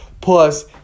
Plus